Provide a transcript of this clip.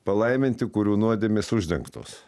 palaiminti kurių nuodėmės uždengtos